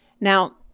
Now